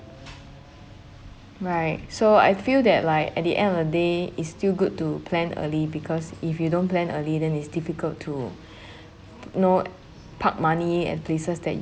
right so I feel that like at the end of the day it's still good to plan early because if you don't plan early then it's difficult to know park money at places that